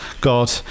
God